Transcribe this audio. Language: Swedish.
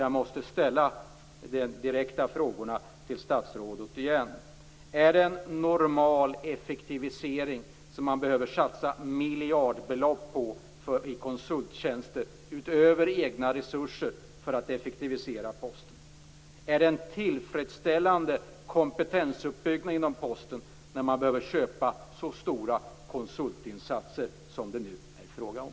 Jag måste ställa de direkta frågorna till statsrådet igen: Är det en normal effektivisering när man behöver satsa miljardbelopp på konsulttjänster utöver egna resurser för att effektivisera Posten? Sker en tillfredsställande kompetensuppbyggnad inom Posten när man behöver köpa så stora konsultinsatser som det nu är fråga om?